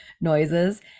noises